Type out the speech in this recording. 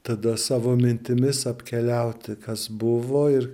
tada savo mintimis apkeliauti kas buvo ir